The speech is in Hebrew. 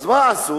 אז מה עשו?